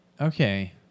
Okay